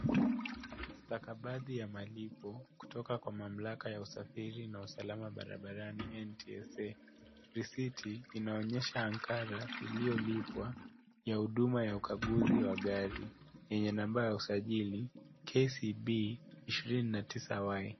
Stakabadhi ya malipo kutoka kwenye mamlaka ya usafiri na usalama barabarani NTSA. Risiti inaonyesha ankara iliyolipwa ya huduma ya ukaguzi wa gari yenye namba ya usajili KCB 029Y.